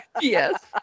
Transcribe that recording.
Yes